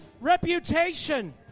reputation